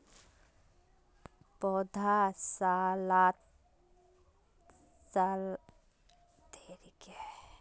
पौधसालात तैयार पौधाक बच्वार तने ज्यादा मेहनत नि करवा होचे